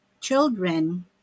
children